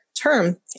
term